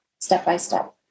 step-by-step